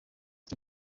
cyo